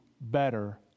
better